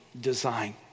design